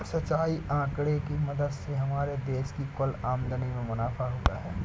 सिंचाई आंकड़े की मदद से हमारे देश की कुल आमदनी में मुनाफा हुआ है